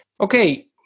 Okay